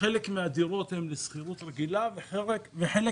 חלק מהדירות הן בשכירות רגילה, חלק